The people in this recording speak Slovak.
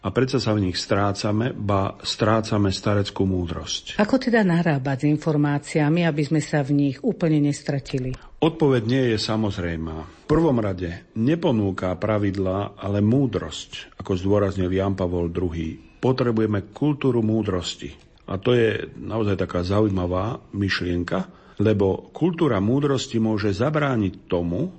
A predsa sa v nich strácame, ba strácame stareckú múdrosť. Ako teda narábať s informáciami, aby sme sa v nich úplne nestratili? Odpoveď nie je samozrejmá. V prvom rade neponúka pravidlá, ale múdrosť, ako zdôraznil Ján Pavol II. Potrebujeme kultúru múdrosti. A to je naozaj taká zaujímavá myšlienka, lebo kultúra múdrosti môže zabrániť tomu,